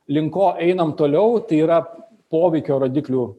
link ko einam toliau tai yra poveikio rodiklių